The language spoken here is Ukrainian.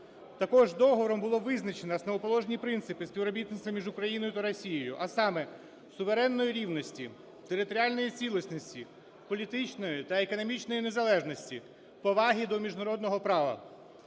Також договором було визначено основоположні принципи співробітництва між Україною та Росією, а саме суверенної рівності, територіальної цілісності, політичної та економічної незалежності, поваги до міжнародного права.